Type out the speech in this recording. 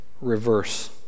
reverse